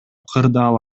кырдаал